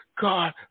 God